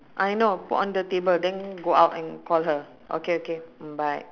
I know put on the table then go out and call her okay okay mm bye